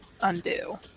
undo